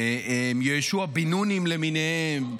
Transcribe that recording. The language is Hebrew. יהושע בן-נונים למיניהם,